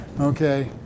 Okay